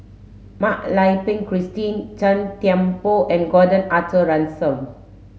Mak Lai Peng Christine Gan Thiam Poh and Gordon Arthur Ransome